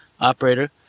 operator